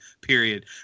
period